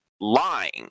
lying